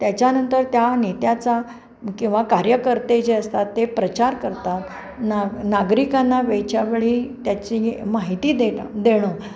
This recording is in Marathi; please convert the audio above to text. त्याच्यानंतर त्या नेत्याचा किंवा कार्यकर्ते जे असतात ते प्रचार करतात ना नागरिकांना त्याच्या वेळी त्याची माहिती देता येणं